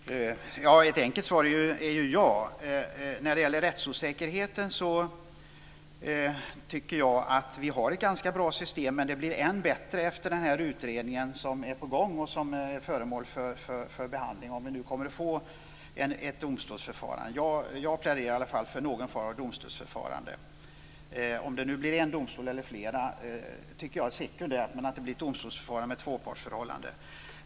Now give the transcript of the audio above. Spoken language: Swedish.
Fru talman! Ett enkelt svar är ja. När det gäller rättsosäkerheten tycker jag att vi har ett ganska bra system. Det blir dock än bättre efter den utredning som är på gång och som nu är föremål för behandling, om vi nu kommer att få ett domstolsförfarande. Jag pläderar i alla fall för någon form av domstolsförfarande. Om det blir en domstol eller flera tycker jag är sekundärt, bara det blir ett domstolsförfarande med tvåpartsförhållande.